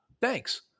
Thanks